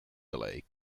delay